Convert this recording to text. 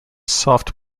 soft